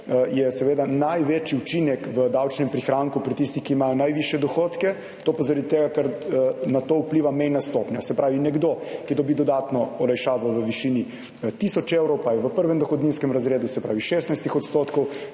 je seveda največji učinek v davčnem prihranku pri tistih, ki imajo najvišje dohodke. To pa zaradi tega, ker na to vpliva mejna stopnja. Se pravi, nekdo, ki dobi dodatno olajšavo v višini tisoč evrov, pa je v prvem dohodninskem razredu, se pravi 16 %, to